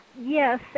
Yes